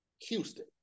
Houston